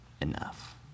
enough